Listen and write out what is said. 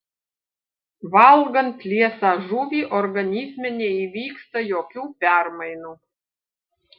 valgant liesą žuvį organizme neįvyksta jokių permainų